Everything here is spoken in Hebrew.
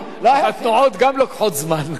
אז התנועות גם לוקחות זמן.